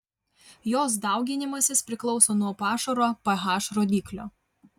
jos dauginimasis priklauso nuo pašaro ph rodiklio